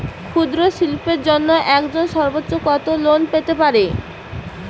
ক্ষুদ্রশিল্পের জন্য একজন সর্বোচ্চ কত লোন পেতে পারে?